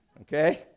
Okay